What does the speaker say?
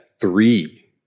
three